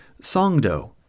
Songdo